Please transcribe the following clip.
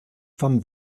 vom